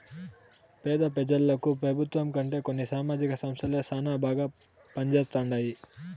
పేద పెజలకు పెబుత్వం కంటే కొన్ని సామాజిక సంస్థలే శానా బాగా పంజేస్తండాయి